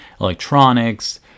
Electronics